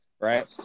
right